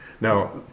Now